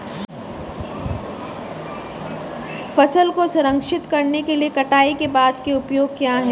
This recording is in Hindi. फसल को संरक्षित करने के लिए कटाई के बाद के उपाय क्या हैं?